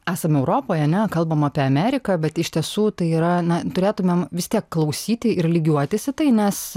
esam europoj ane kalbam apie ameriką bet iš tiesų tai yra na turėtumėm vis tiek klausyti ir lygiuotis į tai nes